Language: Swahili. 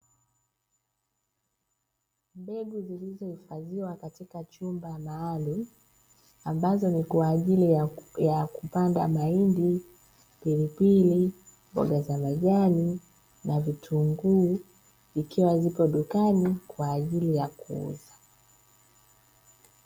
Mbegu zilizo hifadhiwa katika chumba maalumu, ambazo ni kwa ajili ya kupanda: mahindi, pilipili, mboga za majani na vitunguu; zikiwa zipo dukani kwa ajili ya kuuza.